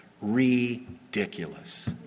Ridiculous